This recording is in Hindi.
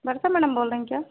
वर्षा मैडम बोल रहीं क्या